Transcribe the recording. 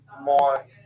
more